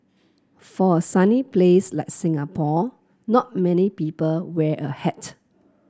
for a sunny place like Singapore not many people wear a hat